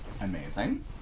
Amazing